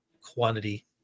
quantity